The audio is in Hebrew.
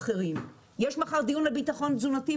יש מחר דיון על ביטחון תזונתי,